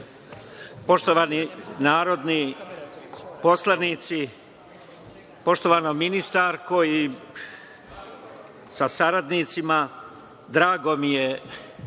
poštovani narodni poslanici, poštovana ministarko, sa saradnicima, drago mi je